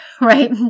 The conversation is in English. right